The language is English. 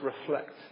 reflect